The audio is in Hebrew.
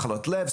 מחלות לב,